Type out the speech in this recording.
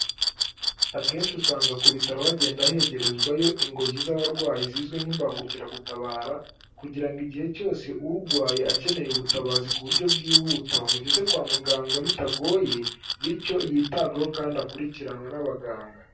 Akenshi usanga ku bitaro hagenda hegerezwayo ingobyi z'abarwayi zizwi nk'imbangukiragutabara kugira ngo igihe cyose urwaye akeneye ubutabazi ku buryo bwihuta bamugeze kwa muganga bitagoye, bityo yitabweho kandi akurikiranwe n'abaganga.